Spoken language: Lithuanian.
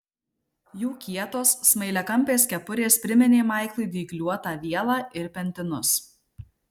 jų kietos smailiakampės kepurės priminė maiklui dygliuotą vielą ir pentinus